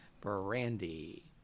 brandy